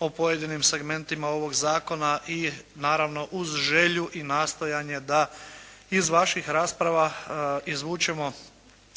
o pojedinim segmentima ovoga Zakona i naravno uz želju i nastojanje da iz vaših rasprava izvučemo